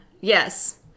Yes